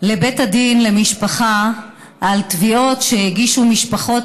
לבית הדין למשפחה על תביעות שהגישו משפחות